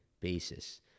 basis